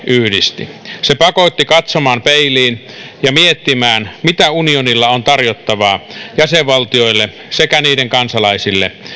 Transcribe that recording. yhdisti se pakotti katsomaan peiliin ja miettimään mitä unionilla on tarjottavaa jäsenvaltioille sekä niiden kansalaisille